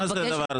מה זה הדבר הזה?